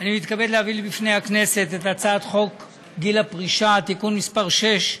אני מתכבד להביא בפני הכנסת את הצעת חוק גיל הפרישה (תיקון מס' 6),